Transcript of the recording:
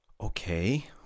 okay